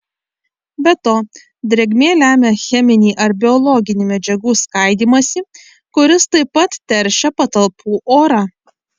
be to drėgmė lemia cheminį ar biologinį medžiagų skaidymąsi kuris taip pat teršia patalpų orą